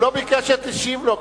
הוא לא ביקש שתשיב לו.